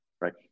Right